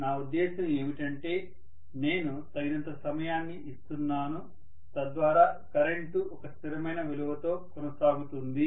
నా ఉద్దేశ్యం ఏమిటంటే నేను తగినంత సమయాన్ని ఇస్తున్నాను తద్వారా కరెంటు ఒక స్థిరమైన విలువతో కొనసాగుతుంది